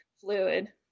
fluid